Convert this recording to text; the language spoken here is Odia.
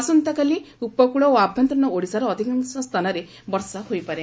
ଆସନ୍ତାକାଲି ଉପକକଳ ଓ ଆଭ୍ୟନ୍ତରୀଣ ଓଡ଼ିଶାର ଅଧିକାଂଶ ସ୍ଥାନରେ ବର୍ଷା ହୋଇପାରେ